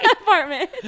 apartment